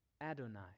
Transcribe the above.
Adonai